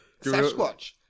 Sasquatch